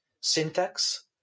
syntax